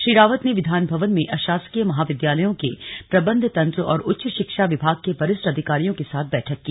श्री रावत ने विधानभवन में अशासकीय महाविद्यालयों के प्रबन्ध तंत्र और उच्च शिक्षा विभाग के वरिष्ठ अधिकारियों के साथ बैठक की